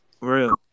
Real